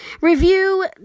review